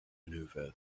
maneuver